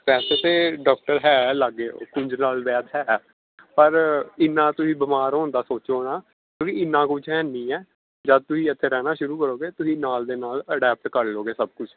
ਵੈਸੇ ਤਾਂ ਡਾਕਟਰ ਹੈ ਲਾਗੇ ਪਰ ਇੰਨਾਂ ਤੁਸੀਂ ਬਿਮਾਰ ਹੋਣ ਦਾ ਸੋਚੋ ਨਾ ਵੀ ਇੰਨਾਂ ਕੁਝ ਹੈ ਨਹੀਂ ਹੈ ਜਦ ਤੁਸੀਂ ਇੱਥੇ ਰਹਿਣਾ ਸ਼ੁਰੂ ਕਰੋਗੇ ਤੁਸੀਂ ਨਾਲ ਦੇ ਨਾਲ ਅਡੈਪਟ ਕਰ ਲੋਗੇ ਸਭ ਕੁਝ